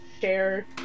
share